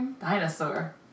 dinosaur